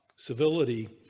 civility.